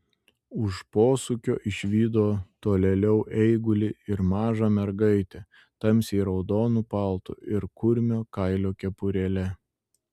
už posūkio išvydo tolėliau eigulį ir mažą mergaitę tamsiai raudonu paltu ir kurmio kailio kepurėle